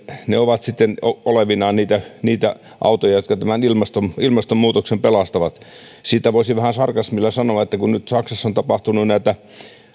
ne ovat sitten olevinaan niitä niitä autoja jotka tämän ilmastonmuutoksen pelastavat siitä voisi vähän sarkasmilla sanoa että nythän saksassa on tapahtunut näitä